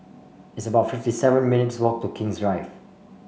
it's about fifty seven minutes' walk to King's Drive